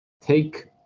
take